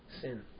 Sin